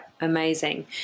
amazing